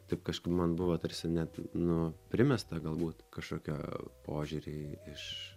taip kažkaip man buvo tarsi net nu primesta galbūt kažkokia požiūrį iš